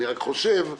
אני רק חושב שהשאלה